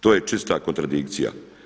To je čista kontradikcija.